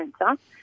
cancer